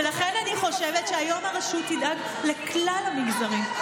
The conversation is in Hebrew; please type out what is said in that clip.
ולכן אני חושבת שהיום הרשות תדאג לכלל המגזרים.